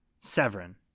Severin